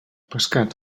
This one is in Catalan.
pescat